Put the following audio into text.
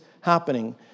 happening